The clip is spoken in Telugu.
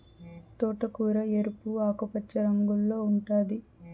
తోటకూర ఎరుపు, ఆకుపచ్చ రంగుల్లో ఉంటాది